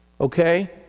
okay